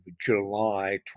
July